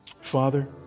Father